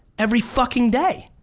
every fucking day.